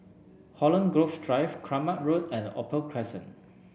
Holland Grove Drive Kramat Road and Opal Crescent